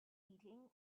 eating